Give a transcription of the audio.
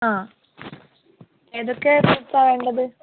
ആ ഏതൊക്കെ ഫ്രൂട്ട്സാണ് വേണ്ടത്